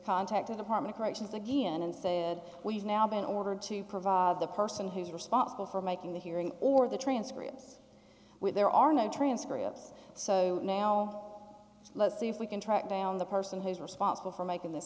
contacted apartment corrections again and said we've now been ordered to provide the person who's responsible for making the hearing or the transcripts with there are no transcripts so now let's see if we can track down the person who's responsible for making this